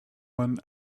one